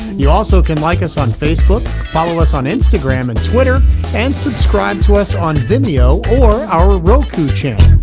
you also can like us on facebook follow us on instagram and twitter and subscribe to us on video for our roku channel.